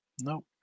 nope